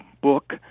book